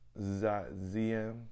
ZM